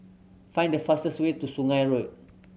find the fastest way to Sungei Road